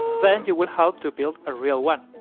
then you will help to build a real one.